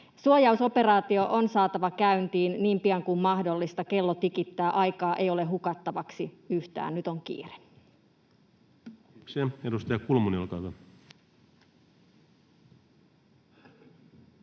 Suojausoperaatio on saatava käyntiin niin pian kuin mahdollista. Kello tikittää, aikaa ei ole hukattavaksi yhtään. Nyt on kiire.